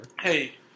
Hey